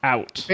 Out